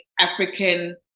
African